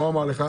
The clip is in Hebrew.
מה הוא אמר לך?